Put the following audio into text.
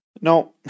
No